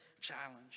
challenge